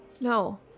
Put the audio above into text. No